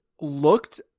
looked